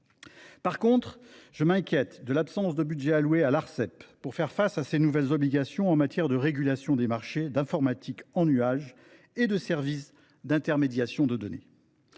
Toutefois, je m’inquiète de l’absence de budget alloué à l’Arcep pour faire face à ses nouvelles obligations en matière de régulation des marchés d’informatique en nuage et de services d’intermédiation des données.